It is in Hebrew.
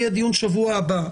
יהיה דיון בשבוע הבא,